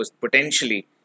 potentially